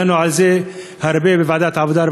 דנו על זה הרבה בוועדת העבודה,